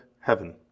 heaven